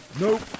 Nope